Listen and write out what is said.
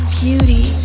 beauty